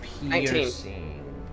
piercing